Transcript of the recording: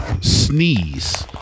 Sneeze